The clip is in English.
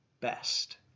best